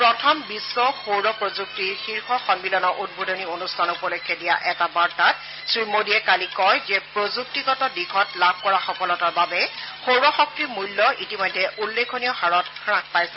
প্ৰথম বিশ্ব সৌৰ প্ৰযুক্তি শীৰ্ষ সন্মিলনৰ উদ্বোধনী অনুষ্ঠান উপলক্ষে দিয়া এটা বাৰ্তাত শ্ৰীমোদীয়ে কালি কয় যে প্ৰযুক্তিগত দিশত লাভ কৰা সফলতাৰ বাবে সৌৰশক্তিৰ মূল্য ইতিমধ্যে উল্লেখনীয় হাৰত হাস পাইছে